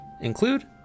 include